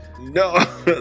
no